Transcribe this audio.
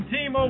Team